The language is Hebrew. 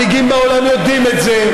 מנהיגים בעולם יודעים את זה.